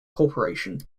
corporation